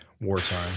wartime